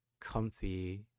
comfy